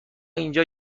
اینجا